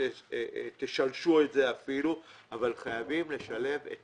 ותשלשו אבל חייבים לשלב את